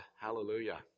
Hallelujah